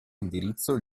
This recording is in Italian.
indirizzo